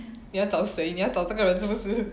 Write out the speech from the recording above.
你要找谁找你要这个人是不是